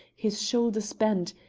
his shoulders bent,